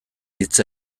hitz